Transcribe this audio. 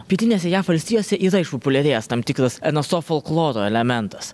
pietinėse jav valstijose yra išpopuliarėjęs tam tikras en es o folkloro elementas